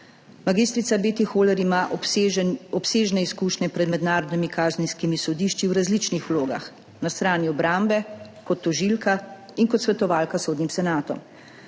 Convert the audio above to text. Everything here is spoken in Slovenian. Mag. Beti Hohler ima obsežne izkušnje pred mednarodnimi kazenskimi sodišči v različnih vlogah, na strani obrambe, kot tožilka in kot svetovalka sodnim senatom.